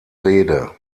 rede